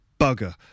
bugger